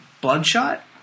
Bloodshot